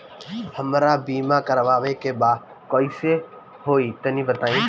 हमरा बीमा करावे के बा कइसे होई तनि बताईं?